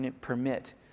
permit